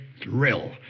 thrill